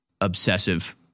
obsessive